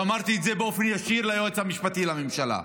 ואמרתי את זה באופן ישיר ליועץ המשפטי לממשלה.